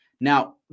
Now